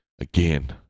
again